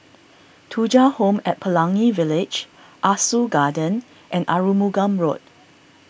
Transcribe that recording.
Thuja Home at Pelangi Village Ah Soo Garden and Arumugam Road